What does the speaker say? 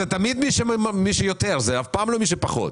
זה תמיד מי שיותר ואף פעם לא מי שפחות.